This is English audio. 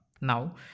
Now